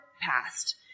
passed